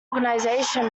organisation